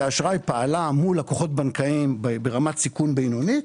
האשראי פעלה מול לקוחת בנקאיים ברמת סיכון בינונית